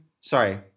sorry